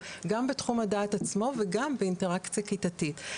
גם בתחום הדעת עצמו וגם באינטראקציה כיתתית.